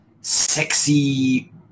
sexy